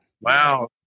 Wow